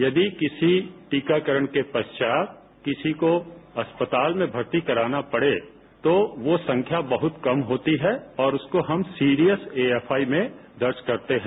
यदि किसी टीकाकरण के पश्चात किसी को अस्पताल में भर्ती कराना पडें तो वो संख्या बहत कम होती है और इसको हम serious A E F I में दर्ज करते है